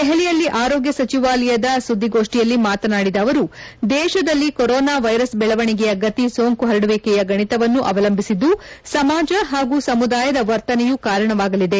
ದೆಹಲಿಯಲ್ಲಿ ಆರೋಗ್ಗ ಸಚಿವಾಲಯದ ಸುದ್ದಿಗೋಷ್ಟಿಯಲ್ಲಿ ಮಾತನಾಡಿದ ಅವರು ದೇಶದಲ್ಲಿ ಕೊರೊನಾ ವೈರಸ್ ಬೆಳವಣಿಗೆಯ ಗತಿ ಸೋಂಕು ಹರಡುವಿಕೆಯ ಗಣಿತವನ್ನು ಅವಲಂಭಿಸಿದ್ದು ಸಮಾಜ ಹಾಗೂ ಸಮುದಾಯದ ವರ್ತನೆಯೂ ಕಾರಣವಾಗಲಿದೆ